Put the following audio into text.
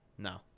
No